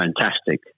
fantastic